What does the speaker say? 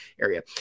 area